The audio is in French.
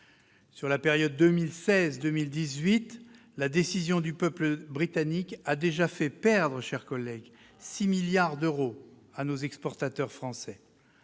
Sur la période 2016-2018, la décision du peuple britannique a déjà fait perdre, mes chers collègues, 6 milliards d'euros aux exportateurs français